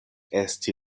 esti